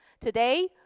Today